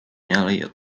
elliot